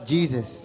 Jesus